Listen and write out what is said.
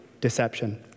deception